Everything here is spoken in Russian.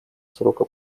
срока